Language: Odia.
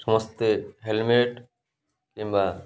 ସମସ୍ତେ ହେଲମେଟ୍ କିମ୍ବା